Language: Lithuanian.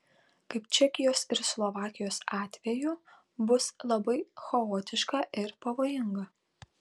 kaip čekijos ir slovakijos atveju bus labai chaotiška ir pavojinga